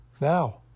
Now